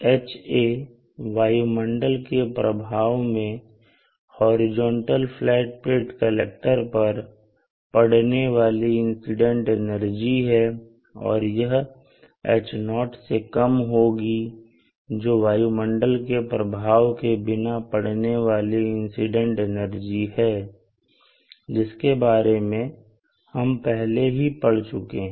Ha वायुमंडल के प्रभाव मैं हॉरिजॉन्टल फ्लैट प्लेट कलेक्टर पर पढ़ने वाली इंसिडेंट एनर्जी है और यह H0 से कम होगी जो वायुमंडल के प्रभाव के बिना पड़ने वाली इंसिडेंट एनर्जी है जिसके बारे में हम पहले ही पढ़ चुके हैं